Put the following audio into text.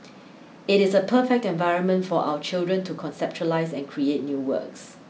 it is a perfect environment for our children to conceptualise and create new works